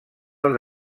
els